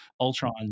Ultron